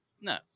No